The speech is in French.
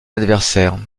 adversaire